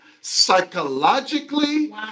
psychologically